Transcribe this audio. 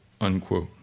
unquote